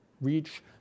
reach